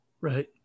right